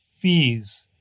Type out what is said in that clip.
fees